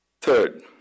Third